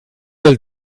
del